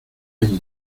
ahí